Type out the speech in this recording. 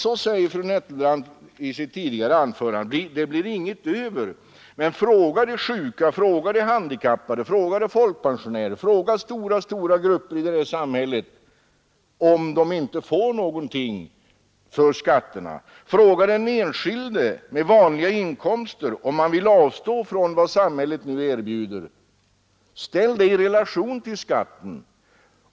Så sade fru Nettelbrandt i sitt tidigare anförande att det blir inget över. Men fråga de sjuka, de handikappade, folkpensionärer, fråga stora grupper i samhället om de inte får någonting för skatterna! Fråga den enskilde med vanliga inkomster om han vill avstå från vad samhället nu erbjuder! Ställ detta i relation till skatten!